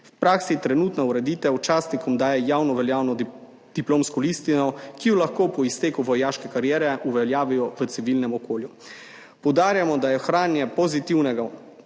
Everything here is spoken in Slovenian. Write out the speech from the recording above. V praksi trenutna ureditev častnikom daje javnoveljavno diplomsko listino, ki jo lahko po izteku vojaške kariere uveljavijo v civilnem okolju. Poudarjamo, da je ohranjanje pozitivnega